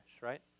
right